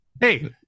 Hey